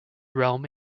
realm